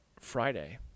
Friday